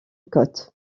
côte